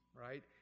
right